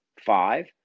five